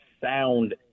sound